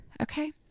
Okay